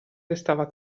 restava